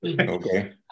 okay